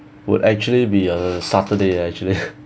would actually be a saturday ah actually